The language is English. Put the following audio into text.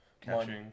catching